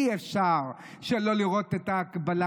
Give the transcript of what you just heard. אי-אפשר שלא לראות את ההקבלה,